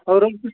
ହଉ ରଖୁଛି